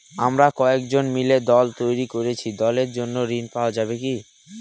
আমরা কয়েকজন মিলে দল তৈরি করেছি দলের জন্য ঋণ পাওয়া যাবে কি?